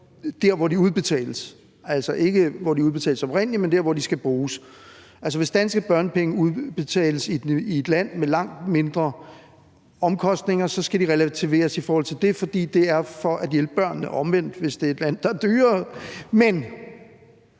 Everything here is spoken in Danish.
der, hvor de udbetales, altså ikke hvor de udbetales oprindelig, men dér, hvor de skal bruges, og hvis danske børnepenge udbetales i et land med langt mindre omkostninger, skal de relativeres til forhold til det, for det er for at hjælpe børnene, og omvendt, hvis det er et land, der er dyrere. Men